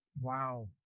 Wow